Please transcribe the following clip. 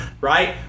right